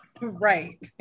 Right